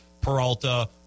Peralta